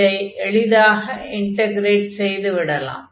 இதை எளிதாக இன்டக்ரேட் செய்து விடலாம்